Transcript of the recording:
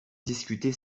discuter